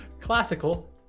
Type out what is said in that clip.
Classical